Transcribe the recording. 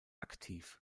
aktiv